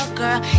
girl